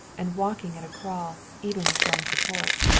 and walking at a crawl, even with jean's support.